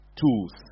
tools